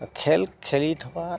খেল খেলি থকা